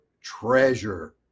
treasure